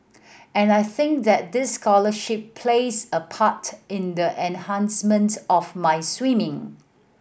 and I think that this scholarship plays a part in the enhancement of my swimming